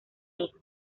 hijo